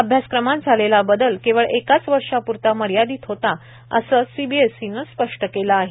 अभ्यासक्रमात झालेला बदल केवळ एकाच वर्षाप्रता मर्यादित होता असं सीबीएसईनं स्पष्ट केलं आहे